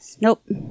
Nope